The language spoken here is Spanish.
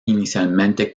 inicialmente